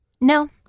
No